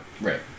Right